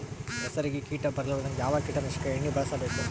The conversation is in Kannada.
ಹೆಸರಿಗಿ ಕೀಟ ಬರಲಾರದಂಗ ಯಾವ ಕೀಟನಾಶಕ ಎಣ್ಣಿಬಳಸಬೇಕು?